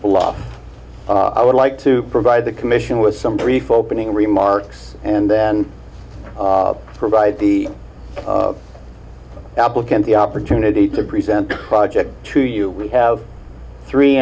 bluff i would like to provide the commission with some brief opening remarks and then provide the applicant the opportunity to present the project to you we have three